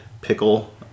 pickle